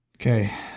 Okay